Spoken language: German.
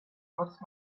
nutzt